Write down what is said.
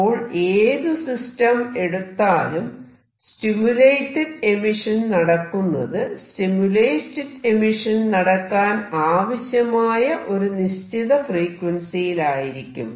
അപ്പോൾ ഏതു സിസ്റ്റം എടുത്താലും സ്റ്റിമുലേറ്റഡ് എമിഷൻ നടക്കുന്നത് സ്റ്റിമുലേറ്റഡ് എമിഷൻ നടക്കാൻ ആവശ്യമായ ഒരു നിശ്ചിത ഫ്രീക്വൻസിയിലായിരിക്കും